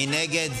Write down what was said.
מי נגד?